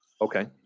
okay